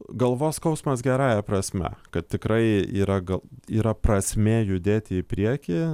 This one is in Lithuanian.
galvos skausmas gerąja prasme kad tikrai yra gal yra prasmė judėti į priekį